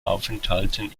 aufenthalten